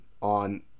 on